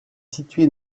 situé